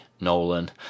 Nolan